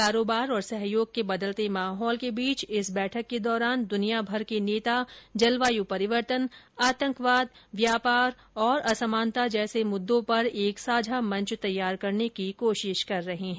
कारोबार और सहयोग के बदलते माहौल के बीच इस बैठक के दौरान दुनियाभर के नेता जलवायु परिवर्तन आतंकवाद व्यापार और असमानता जैसे मुद्दों पर एक साझा मंच तैयार करने की कोशिश कर रहे हैं